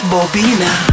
Bobina